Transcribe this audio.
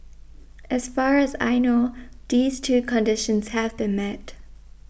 as far as I know these two conditions have been met